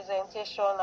presentation